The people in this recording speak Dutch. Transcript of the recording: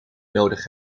nodig